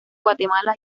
guatemala